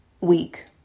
week